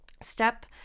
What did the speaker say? Step